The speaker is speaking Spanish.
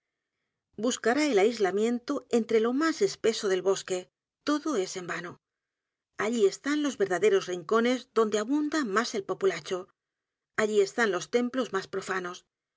buscará el aislamiento entré lo más espeso del b o s q u e todo es en vano allí están los verdaderos rincones donde abunda más el populacho allí están los templos más profanos